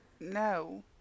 No